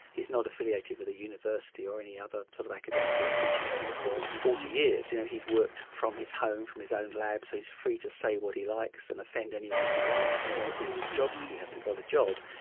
he's not affiliated with a university or any other kind sort of academic institute, and for forty years you know he's worked from his home, from his own lab, so he's free to say what he likes and offend anyone he likes and he won't lose his job because he hasn't got a job,